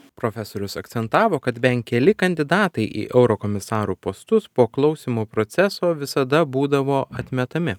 profesorius akcentavo kad ben keli kandidatai į eurokomisarų postus po klausymo proceso visada būdavo atmetami